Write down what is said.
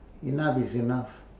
enough is enough